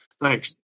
Thanks